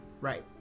Right